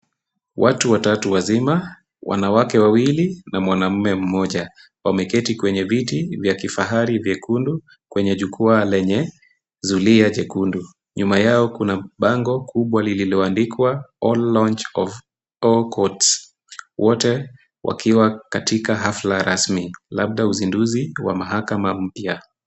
Watu watatu wazima, wanawake wawili na mwanamume mmoja wameketi kwenye viti vya kifahari vyekundu kwenye jukwaa lenye zulia jekundu. Nyuma yao kuna bango kubwa lililoandikwa All Launch of Law Courts , wote wakiwa katika hafla rasmi labda uzinduzi wa mahakama mpya.